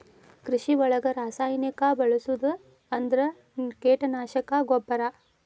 ಕೃಷಿ ಒಳಗ ರಾಸಾಯನಿಕಾ ಬಳಸುದ ಅಂದ್ರ ಕೇಟನಾಶಕಾ, ಗೊಬ್ಬರಾ